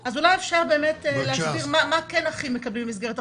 אז אולי אפשר באמת להסביר מה כן אחים מקבלים במסגרת החוק,